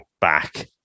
back